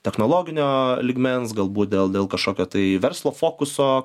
technologinio lygmens galbūt dėl dėl kažkokio tai verslo fokuso